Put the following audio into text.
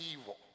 evil